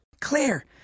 claire